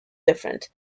different